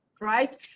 right